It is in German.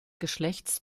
geschlechts